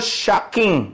shocking